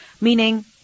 Meaning